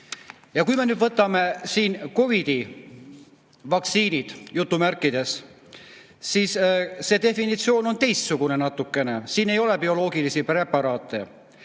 Kui me nüüd võtame COVID-i vaktsiinid, jutumärkides, siis see definitsioon on natukene teistsugune, siin ei ole bioloogilisi preparaate.